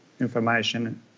information